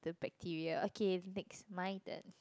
bacteria okay next my turn